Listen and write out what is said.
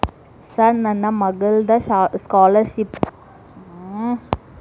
Sir ನನ್ನ ಮಗ್ಳದ scholarship ಗೇ ಯಾವ್ ಯಾವ ದಾಖಲೆ ಬೇಕ್ರಿ?